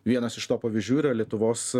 vienas iš to pavyzdžių yra lietuvos